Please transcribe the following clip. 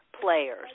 players